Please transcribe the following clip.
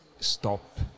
stop